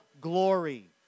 glory